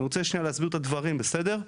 אני רוצה שנייה להסביר את הדברים, בסדר?